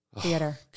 theater